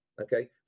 okay